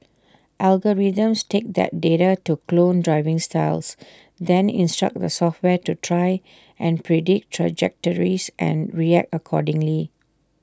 algorithms take that data to clone driving styles then instruct the software to try and predict trajectories and react accordingly